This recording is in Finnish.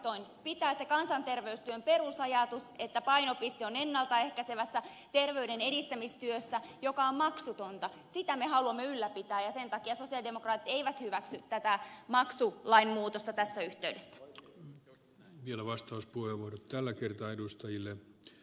päinvastoin sitä kansanterveystyön perusajatusta että painopiste on ennaltaehkäisevässä terveyden edistämistyössä joka on maksutonta me haluamme ylläpitää ja sen takia sosialidemokraatit eivät hyväksy tätä maksulain muutosta tässä yhteydessä on vielä vastaus purua tällä kertaa edustajille